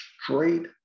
straight